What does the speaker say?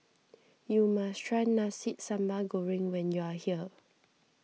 you must try Nasi Sambal Goreng when you are here